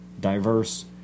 diverse